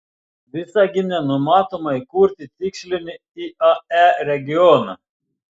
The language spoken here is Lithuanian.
visagine numatoma įkurti tikslinį iae regioną